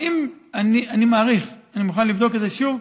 אני מוכן לבדוק את זה שוב,